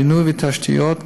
בינוי ותשתיות,